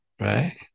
Right